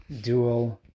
dual